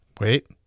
Wait